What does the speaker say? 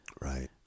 Right